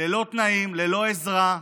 ללא תנאים, ללא עזרה,